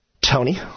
Tony